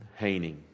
Haining